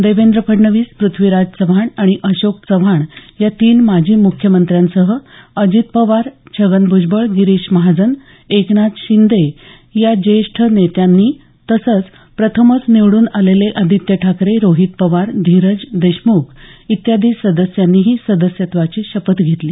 देवेंद्र फडणवीस पृथ्वीराज चव्हाण आणि अशोक चव्हाण या तीन माजी मुख्यमंत्र्यांसह अजित पवार छगन भ्जबळ गिरीश महाजन एकनाथ शिंदे या ज्येष्ठ नेत्यांनी तसंच प्रथमच निवडून आलेले आदित्य ठाकरे रोहित पवार धीरज देशमुख आदी सदस्यांनीही सदस्यत्वाची शपथ घेतली